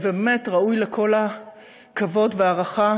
ובאמת הוא ראוי לכל הכבוד וההערכה